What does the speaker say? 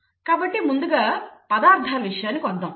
కాబట్టి ముందుగా పదార్థాల విషయానికి వద్దాం